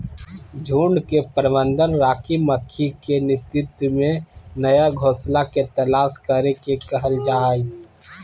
झुंड के प्रबंधन रानी मक्खी के नेतृत्व में नया घोंसला के तलाश करे के कहल जा हई